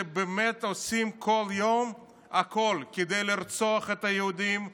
שבאמת עושים כל יום הכול כדי לרצוח את היהודים בירושלים,